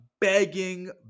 begging